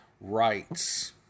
rights